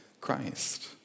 Christ